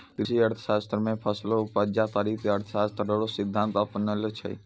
कृषि अर्थशास्त्र मे फसलो उपजा करी के अर्थशास्त्र रो सिद्धान्त अपनैलो छै